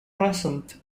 present